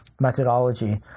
methodology